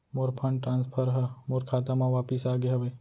मोर fund transfer हा मोर खाता मा वापिस आ गे हवे